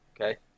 okay